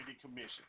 Commission